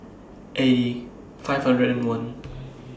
eighty five Zero one